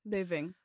Living